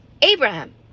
abraham